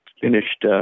finished